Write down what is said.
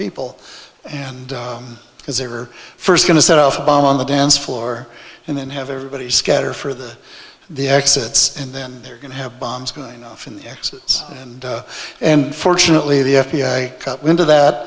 people and because they were first going to set off a bomb on the dance floor and then have everybody scatter for the the exits and then they're going to have bombs going off in the exits and and fortunately the f b i cut into that